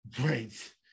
Right